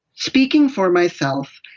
speaking for myself,